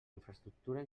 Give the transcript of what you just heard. infraestructura